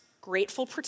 grateful